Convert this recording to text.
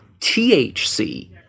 THC